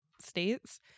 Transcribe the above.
states